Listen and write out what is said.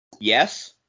Yes